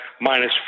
minus